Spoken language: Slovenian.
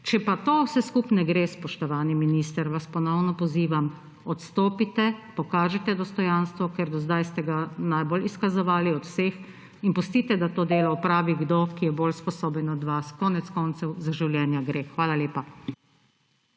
Če pa to vse skupaj ne gre, spoštovani minister, vas ponovno pozivam, odstopite, pokažite dostojanstvo, ker do zdaj ste ga najbolj izkazovali od vseh, in pustite, da to delo opravi kdo, ki je bolj sposoben od vas. Konec koncev, za življenja gre. Hvala lepa.